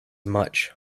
much